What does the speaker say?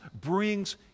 brings